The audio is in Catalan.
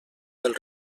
del